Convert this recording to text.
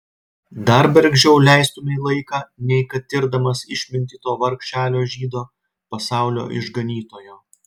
dar bergždžiau leistumei laiką nei kad tirdamas išmintį to vargšelio žydo pasaulio išganytojo